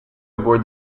aboard